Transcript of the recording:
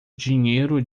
dinheiro